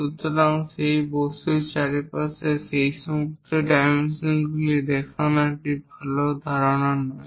সুতরাং সেই বস্তুর চারপাশে এই সমস্ত ডাইমেনশনগুলি দেখানো একটি ভাল ধারণা নয়